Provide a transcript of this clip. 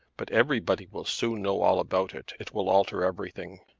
but everybody will soon know all about it. it will alter everything.